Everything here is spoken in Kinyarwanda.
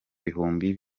bihumbi